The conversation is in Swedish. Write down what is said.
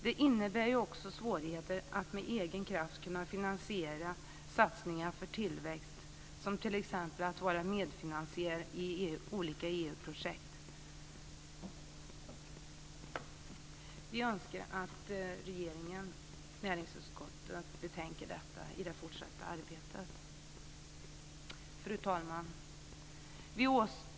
Det innebär också svårigheter att med egen kraft kunna finansiera satsningar för tillväxt, som t.ex. att vara medfinansiär i olika EU-projekt. Vi önskar att regeringen och näringsutskottet betänker detta i det fortsatta arbetet. Fru talman!